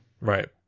Right